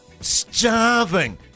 starving